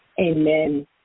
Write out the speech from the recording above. Amen